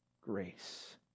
grace